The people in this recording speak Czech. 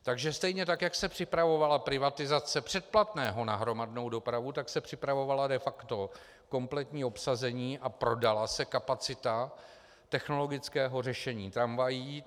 Takže stejně tak, jako se připravovala privatizace předplatného na hromadnou dopravu, tak se připravovalo de facto kompletní obsazení a prodala se kapacita technologického řešení tramvají.